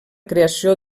creació